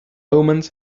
omens